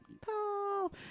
Paul